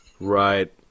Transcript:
Right